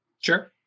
Sure